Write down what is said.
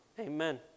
Amen